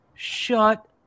Shut